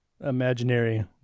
imaginary